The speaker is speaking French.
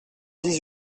dix